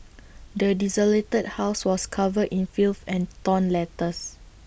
the desolated house was covered in filth and torn letters